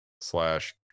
slash